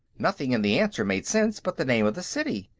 nothing in the answer made sense but the name of the city.